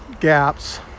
gaps